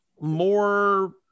more